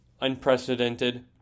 unprecedented